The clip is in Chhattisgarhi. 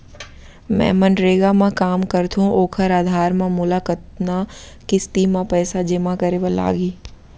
मैं मनरेगा म काम करथो, ओखर आधार म मोला कतना किस्ती म पइसा जेमा करे बर लागही?